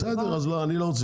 בסדר, אז אני לא רוצה